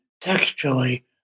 textually